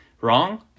wrong